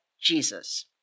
Jesus